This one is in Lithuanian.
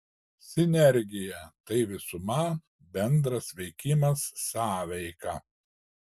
sinergija tai visuma bendras veikimas sąveika